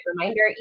reminder